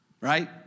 right